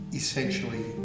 essentially